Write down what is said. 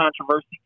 controversy